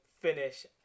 finish